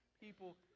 people